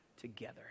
together